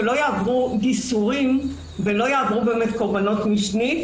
שלא יעברו ייסורים ולא יעברו קורבנות משנית,